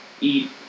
eat